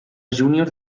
júnior